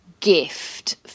Gift